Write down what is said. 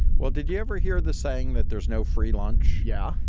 well, did you ever hear the saying that there's no free lunch? yeah,